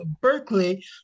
Berkeley